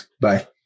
Bye